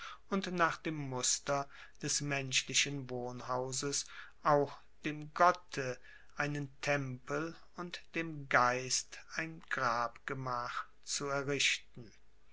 und nach dem muster des menschlichen wohnhauses auch dem gotte einen tempel und dem geist ein grabgemach zu errichten